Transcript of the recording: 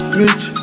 rich